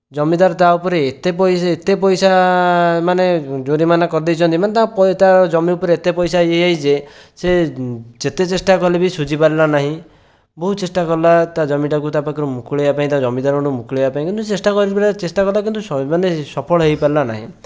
ଜମିଦାର ତା'ଉପରେ ଏତେ ପଇସା ଏତେ ପଇସା ମାନେ ଜୋରିମାନା କରିଦେଇଛନ୍ତି ମାନେ ତା ଜମି ଉପରେ ଏତେ ପଇସା ଇଏ ହୋଇଛି ଯେ ସେ ଯେତେ ଚେଷ୍ଟା କଲେ ବି ଶୁଝିପାରିଲା ନାହିଁ ବହୁତ ଚେଷ୍ଟା କଲା ତା ଜମିଟାକୁ ତା ପାଖରୁ ମୁକୁଳାଇବା ପାଇଁ ତା ଜମିଦାରଙ୍କଠୁ ମୁକୁଳାଇବା ପାଇଁ କିନ୍ତୁ ଚେଷ୍ଟା କଲା କିନ୍ତୁ ମାନେ ସଫଳ ହୋଇପାରିଲା ନାହିଁ